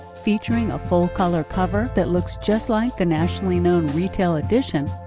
featuring a full-color cover that looks just like the nationally known retail edition,